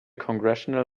congressional